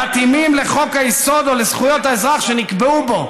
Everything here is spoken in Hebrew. "מתאימים לחוק-היסוד" או לזכויות האזרח שנקבעו בו.